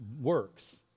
works